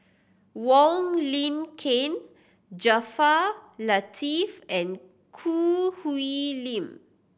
Wong Lin Ken Jaafar Latiff and Choo Hwee Lim